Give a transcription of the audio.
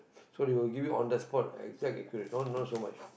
so they will give you on the spot exact accurate not not so much